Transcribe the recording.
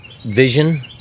vision